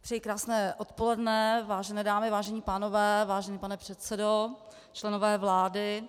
Přeji krásné odpoledne, vážené dámy, vážení pánové, vážený pane předsedo, členové vlády.